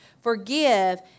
Forgive